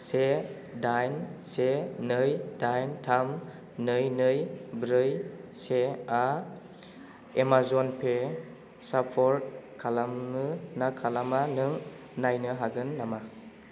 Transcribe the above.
से दाइन से नै दाइन थाम नै नै ब्रै सेआ एमाजन पे सापर्ट खालामो ना खालामा नों नायनो हागोन नामा